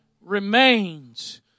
remains